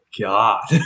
god